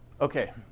Okay